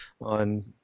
on